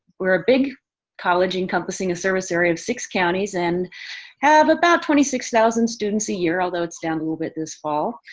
we're a big college encompassing a service area of six counties and have about twenty six thousand students a year, although it's down a little bit this fall.